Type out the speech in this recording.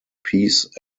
peace